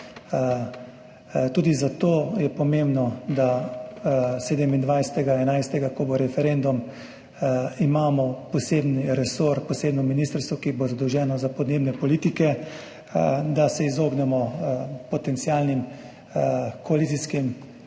tudi zato je pomembno, da 27. 11., ko bo referendum, dobimo poseben resor, posebno ministrstvo, ki bo zadolženo za podnebne politike, da se izognemo potencialnim koalicijskim oziroma